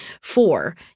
Four